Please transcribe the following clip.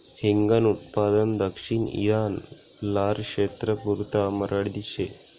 हिंगन उत्पादन दक्षिण ईरान, लारक्षेत्रपुरता मर्यादित शे